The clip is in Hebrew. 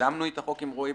שיזמנו את החוק יחד עם רועי.